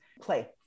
play